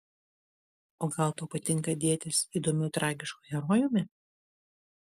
o gal tau patinka dėtis įdomiu tragišku herojumi